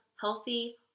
healthy